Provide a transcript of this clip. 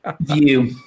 view